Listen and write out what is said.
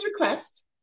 request